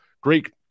Great